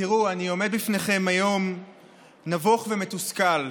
אני עומד לפניכם היום נבוך ומתוסכל,